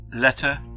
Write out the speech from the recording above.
Letter